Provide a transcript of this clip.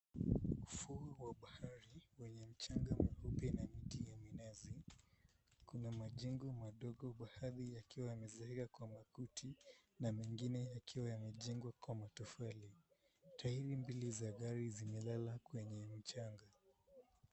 Ufukwe wa bahari wenye mchanga mweupe na miti ya minazi, kuna majengo madogo baadhi yakiwa yamezeekwa kwa makuti na mengine yakiwa yamejengwa kwa matofali, tairi mbili za gari zimelala kwenye mchanga.